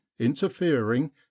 interfering